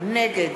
נגד